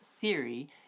Theory